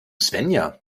svenja